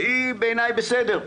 שהיא בסדר בעיני.